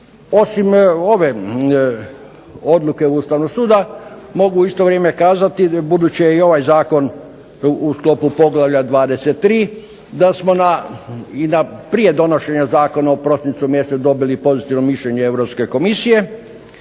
Osim ove odluke Ustavnog suda mogu u isto vrijeme kazati, budući je i ovaj zakon u sklopu poglavlja 23., da smo na, i na prije donošenja zakona u prosincu mjesecu dobili pozitivno mišljenje Europske Komisije,